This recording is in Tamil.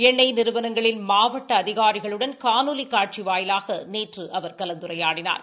ஏண்ணெய் நிறுவனங்களின் மாவட்ட அதிகாரிகாரிகளுடன் காணொலி காட்சி வாயிலாக நேற்று அவர் கலந்துரையாடினார்